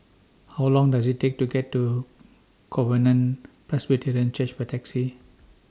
How Long Does IT Take to get to Covenant Presbyterian Church By Taxi